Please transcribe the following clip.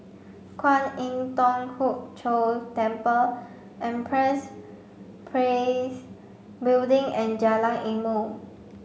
Kwan Im Thong Hood Cho Temple Empress Place Building and Jalan Ilmu